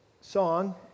song